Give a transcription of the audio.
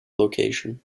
location